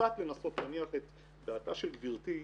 קצת לנסות להניח את דעתה של גברתי.